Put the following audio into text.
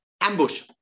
ambush